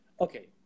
Okay